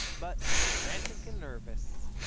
but, frantic and nervous,